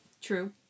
True